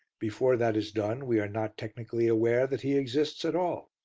before that is done we are not technically aware that he exists at all.